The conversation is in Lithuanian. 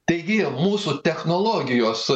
taigi mūsų technologijos